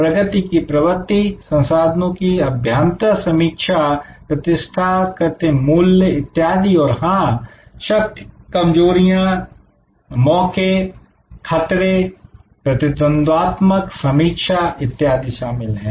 प्रगति की प्रवृत्ति संसाधनों की अभ्यांतर समीक्षा प्रतिष्ठा कृत्रिम मूल्य इत्यादि और हां शक्ति कमजोरियां मौके खतरे प्रतिद्वंदात्मक समीक्षा इत्यादि शामिल है